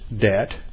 debt